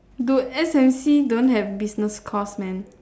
dude S_M_C don't have business course man